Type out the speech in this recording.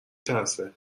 ترسه